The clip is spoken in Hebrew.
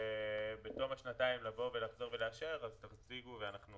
בתום השנתיים לחזור ולאשר אז אנחנו נציג ואתם